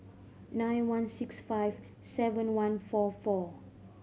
nine one six five seven one four four